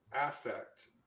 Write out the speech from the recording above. affect